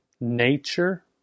nature